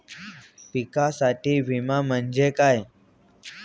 पिकांसाठीचा विमा म्हणजे काय?